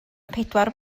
pedwar